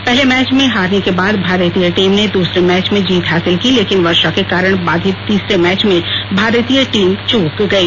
पहले मैच में हारने के बाद भारतीय टीम ने दूसरे मैच में जीत हासिल की लेकिन वर्षा के कारण बाधित तीसरे मैच में भारतीय टीम चूक गई